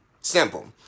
Simple